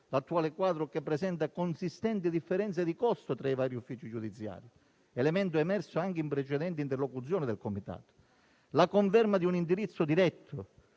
l'attuale quadro, che presenta consistenti differenze di costo tra i vari uffici giudiziari, elemento emerso anche in precedenti interlocuzioni del Comitato, nonché la conferma di un indirizzo diretto